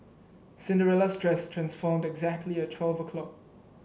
Cinderella's dress transformed exactly at twelve o'clock